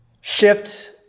shift